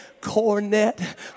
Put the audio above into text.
cornet